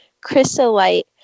Chrysolite